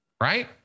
right